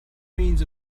means